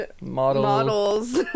models